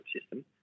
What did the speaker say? system